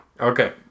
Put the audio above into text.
Okay